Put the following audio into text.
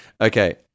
Okay